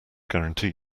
guarantee